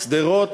שדרות,